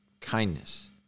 kindness